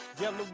yellow